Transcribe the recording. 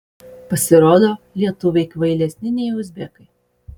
pasirodo lietuviai kvailesni nei uzbekai